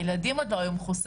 והילדים עוד לא היו מחוסנים,